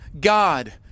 God